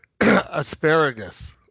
asparagus